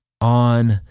on